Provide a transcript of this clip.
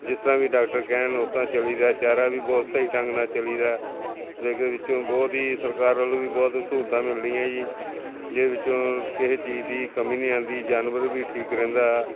ਜਿਸ ਤਰ੍ਹਾਂ ਵੀ ਡਾਕਟਰ ਕਹਿਣ ਉਸ ਤਰ੍ਹਾਂ ਚੱਲੀ ਦਾ ਚਾਰਾ ਵੀ ਬਹੁਤ ਸਹੀ ਢੰਗ ਨਾਲ ਚੱਲੀ ਦਾ ਜੇਕਰ ਵਿੱਚੋਂ ਬਹੁਤ ਹੀ ਸਰਕਾਰ ਵੱਲੋਂ ਵੀ ਬਹੁਤ ਸਹੂਲਤਾਂ ਮਿਲਦੀਆਂ ਜੀ ਜੇ ਵਿੱਚੋਂ ਕਿਸੇ ਚੀਜ਼ ਦੀ ਕਮੀ ਨਹੀਂ ਆਉਂਦੀ ਜਾਨਵਰ ਵੀ ਠੀਕ ਰਹਿੰਦਾ ਹੈ